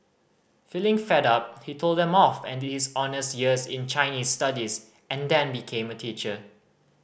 feeling fed up he told them off and did his honours year in Chinese Studies and then became a teacher